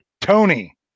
Tony